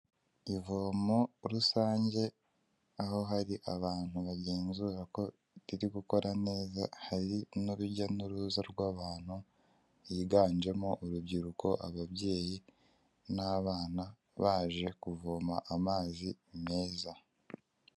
Ivomo rusange aho hari abantu bagenzura ko riri gukora neza hari n'urujya n'uruza rw'abantu higanjemowo urubyiruko ababyeyi n'abana baje kuvoma amazi meza.